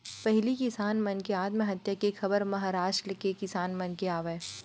पहिली किसान मन के आत्महत्या के खबर महारास्ट के किसान मन के आवय